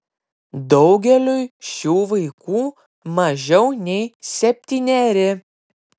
daugeliui šių vaikų mažiau nei septyneri